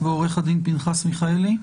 ועורך הדין פנחס מיכאלי.